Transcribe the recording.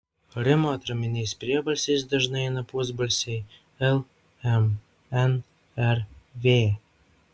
rimo atraminiais priebalsiais dažnai eina pusbalsiai l m n r v